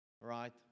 right